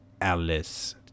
Alice